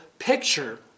picture